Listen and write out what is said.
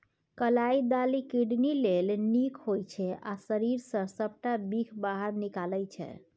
कलाइ दालि किडनी लेल नीक होइ छै आ शरीर सँ सबटा बिख बाहर निकालै छै